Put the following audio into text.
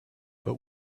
but